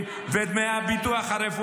חברות וחברי כנסת נכבדים,